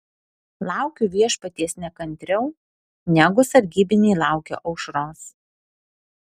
laukiu viešpaties nekantriau negu sargybiniai laukia aušros